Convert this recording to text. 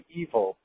evil